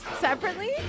separately